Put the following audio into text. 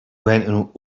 went